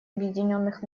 объединенных